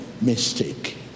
mistake